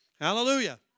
Hallelujah